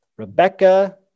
Rebecca